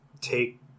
take